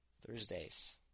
Thursdays